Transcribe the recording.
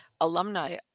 alumni